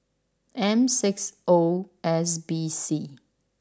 M six O S B C